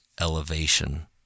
elevation